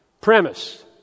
Premise